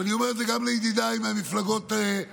ואני אומר את זה גם לידידיי מהמפלגות הערביות,